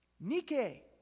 Nike